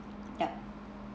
yup